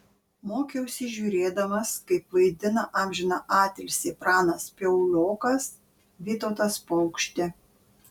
mokiausi žiūrėdamas kaip vaidina amžiną atilsį pranas piaulokas vytautas paukštė